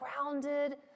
grounded